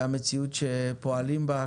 והמציאות שפועלים בה,